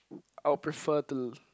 I would prefer to